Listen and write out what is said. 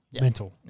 mental